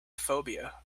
phobia